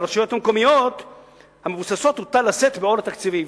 על הרשויות המקומיות המבוססות הוטל לשאת בעול התקציבים".